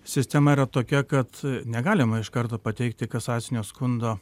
sistema yra tokia kad negalima iš karto pateikti kasacinio skundo